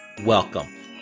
welcome